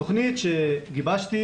התוכנית שגיבשתי